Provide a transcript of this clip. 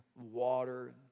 water